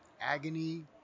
Agony